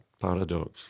paradox